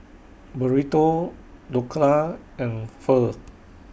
Burrito Dhokla and Pho